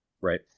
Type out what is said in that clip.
Right